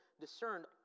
discerned